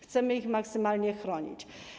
Chcemy ich maksymalnie chronić.